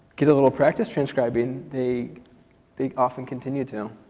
get a little practice transcribing, they they often continue to.